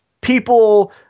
people